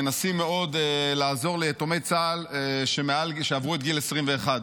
מנסים מאוד לעזור ליתומי צה"ל שעברו את גיל 21,